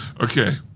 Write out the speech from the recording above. okay